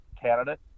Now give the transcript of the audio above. candidate